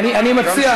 אני מסכים.